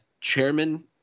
Chairman